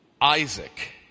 Isaac